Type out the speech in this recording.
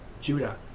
Judah